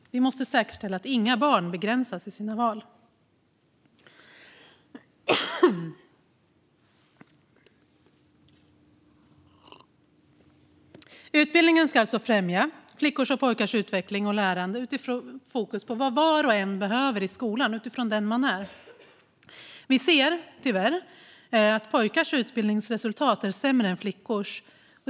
Vi måste säkerställa att inga barn begränsas i sina val. Utbildningen ska främja flickors och pojkars utveckling och lärande med fokus utifrån vad var och en behöver i skolan, utifrån den man är. Vi ser tyvärr att pojkars utbildningsresultat är sämre än flickors.